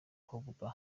pogba